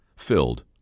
filled